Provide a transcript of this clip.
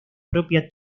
propia